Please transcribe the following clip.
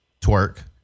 Twerk